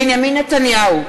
בנימין נתניהו,